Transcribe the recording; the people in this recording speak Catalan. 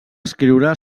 escriure